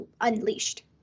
unleashed